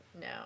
no